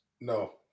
No